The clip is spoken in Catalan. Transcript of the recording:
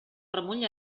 remull